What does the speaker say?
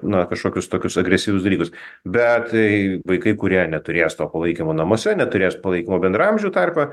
na kažkokius tokius agresyvius dalykus bet tai vaikai kurie neturės to palaikymo namuose neturės palaikymo bendraamžių tarpe